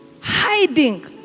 hiding